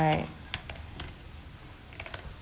right